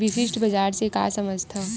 विशिष्ट बजार से का समझथव?